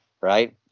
Right